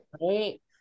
right